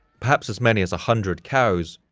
perhaps as many as a hundred cows,